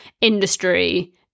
industry